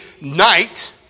night